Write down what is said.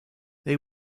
they